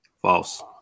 False